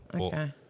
Okay